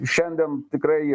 šiandien tikrai